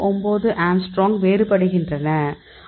09 angstrom வேறுபடுகின்றன